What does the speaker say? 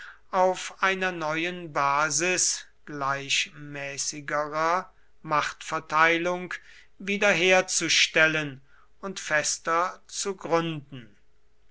auf einer neuen basis gleichmäßigerer machtverteilung wiederherzustellen und fester zu gründen